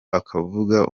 akavuga